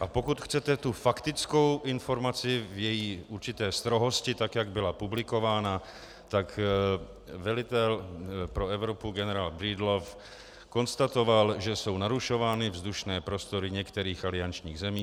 A pokud chcete tu faktickou informaci v její určité strohosti tak, jak byla publikována, tak velitel pro Evropu generál Breedlove konstatoval, že jsou narušovány vzdušné prostory některých aliančních zemí.